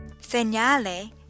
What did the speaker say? Señale